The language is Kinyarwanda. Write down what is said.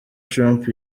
trump